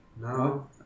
No